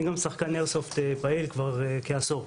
אני גם שחקן איירסופט פעיל כבר כעשור.